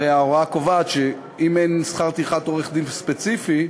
הרי ההוראה קובעת שאם אין שכר טרחת עורך-דין ספציפי,